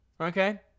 Okay